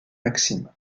maxime